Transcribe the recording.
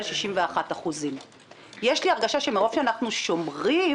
61%. יש לי הרגשה שמרוב שאנחנו שומרים,